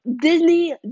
Disney